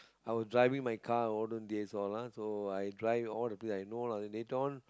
I will driving my car olden days all ah so i drive all the place I know lah then later on